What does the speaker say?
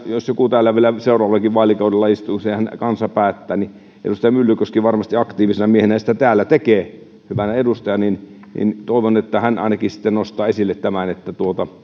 jos joku täällä vielä seuraavallakin vaalikaudella istuu senhän kansa päättää ja edustaja myllykoski varmasti aktiivisena miehenä ja hyvänä edustajana sitä täällä tekee niin niin hartaasti toivon että hän ainakin nostaa esille tämän että